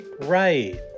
Right